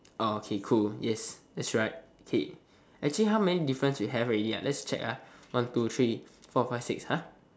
orh okay cool yes that's right okay actually how many differences you have already ah let's check ah one two three four five six !huh!